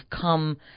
come